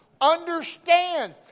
Understand